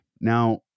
Now